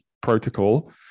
protocol